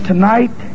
Tonight